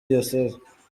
diyoseze